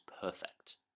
perfect